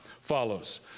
follows